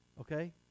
okay